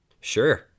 Sure